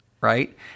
Right